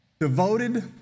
devoted